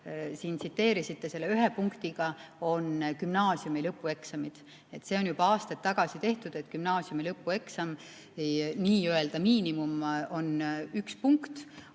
siin tsiteerisite selle ühe punktiga, on gümnaasiumi lõpueksamid. See on juba aastaid tagasi tehtud, et gümnaasiumi lõpueksami nii-öelda miinimum on üks punkt.